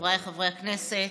חבריי חברי הכנסת,